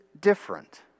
different